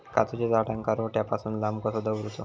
काजूच्या झाडांका रोट्या पासून लांब कसो दवरूचो?